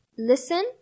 listen